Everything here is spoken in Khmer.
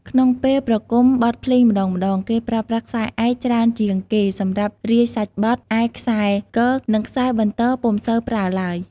ក្នុងពេលប្រគំបទភ្លេងម្ដងៗ គេប្រើប្រាស់ខ្សែឯកច្រើនជាងគេសម្រាប់រាយសាច់បទ ឯខ្សែគ និងខ្សែបន្ទរពុំសូវប្រើឡើយ។